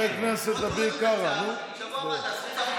חבר הכנסת אביר קארה, בבקשה.